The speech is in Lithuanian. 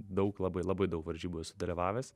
daug labai labai daug varžybų esu dalyvavęs